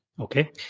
Okay